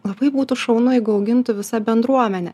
labai būtų šaunu jeigu augintų visa bendruomenė